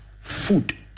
Food